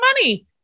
money